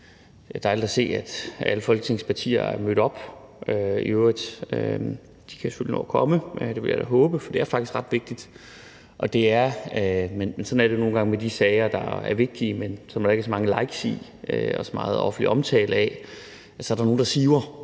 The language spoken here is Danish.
Det er dejligt at se, at alle Folketingets partier er mødt op – nå, de kan selvfølgelig nå at komme; det vil jeg da håbe, for det er faktisk ret vigtigt. Men sådan er det jo nogle gange med de sager, der er vigtige, men som der ikke er så mange likes i og så meget offentlig omtale af; så er der nogle, der siver